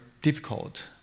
difficult